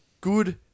good